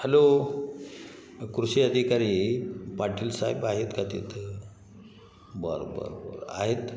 hello कृषी अधिकारी पाटील साहेब आहेत का तिथे बरं बरं बरं आहेत